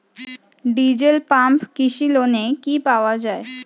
Diesel pump কৃষি লোনে কি পাওয়া য়ায়?